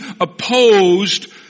opposed